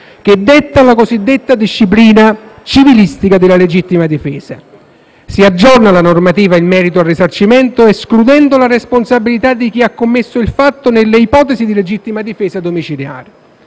che detta la cosiddetta disciplina civilistica della legittima difesa. Si aggiorna la normativa in merito al risarcimento, escludendo la responsabilità di chi ha commesso il fatto nelle ipotesi di legittima difesa domiciliare.